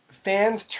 fans